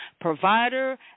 Provider